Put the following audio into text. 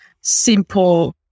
simple